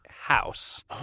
house